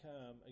come